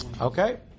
Okay